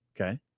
Okay